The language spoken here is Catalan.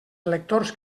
electors